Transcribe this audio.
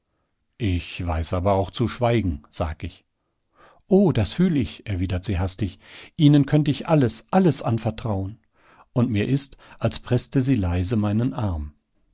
ich weiß aber auch zu schweigen sag ich oh das fühl ich erwidert sie hastig ihnen könnt ich alles alles anvertrauen und mir ist als preßte sie leise meinen arm